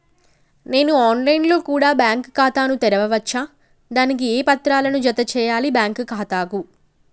నేను online లో కూడా బ్యాంకు ఖాతా ను తెరవ వచ్చా? దానికి ఏ పత్రాలను జత చేయాలి బ్యాంకు ఖాతాకు?